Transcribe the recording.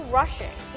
rushing